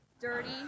Dirty